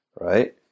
right